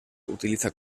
utiliza